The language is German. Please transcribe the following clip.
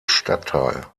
stadtteil